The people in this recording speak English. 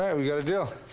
yeah we've got a deal.